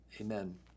amen